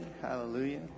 Hallelujah